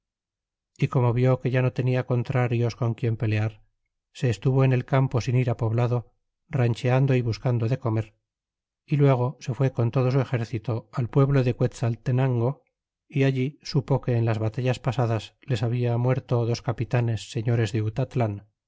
é como vie que ya no tenia contrarios con quien pelear se estuvo en el campo sin ir á poblado rancheando y buscando de comer y luego se fue con todo su exercito al pueblo de quetzaltenango y allí supo que en las batallas pasadas les habia muerto dos capitanes sehores de